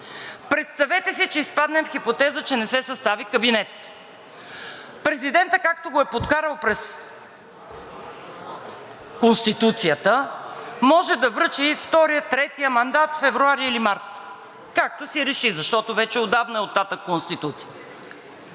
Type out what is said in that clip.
Представете си, че изпаднем в хипотеза, че не се състави кабинет. Президентът, както го е подкарал през Конституцията, може да връчи втория, третия мандат февруари или март, както си реши, защото вече е отдавна оттатък Конституцията.